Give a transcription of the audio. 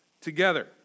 together